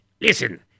Listen